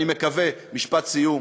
אני מקווה, משפט סיום,